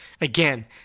Again